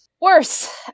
worse